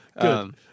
Good